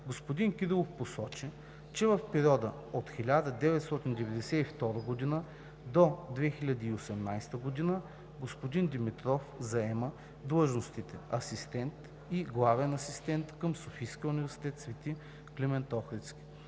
Господин Кирилов посочи, че в периода от 1992 г. до 2018 г. господин Димитров заема длъжностите асистент и главен асистент към Софийския университет „Св. Климент Охридски“,